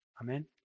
Amen